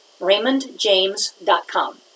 raymondjames.com